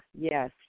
yes